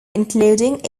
including